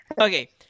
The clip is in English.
Okay